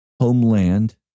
homeland